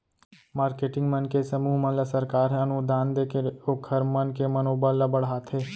marketing मन के समूह मन ल सरकार ह अनुदान देके ओखर मन के मनोबल ल बड़हाथे